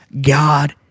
God